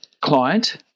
client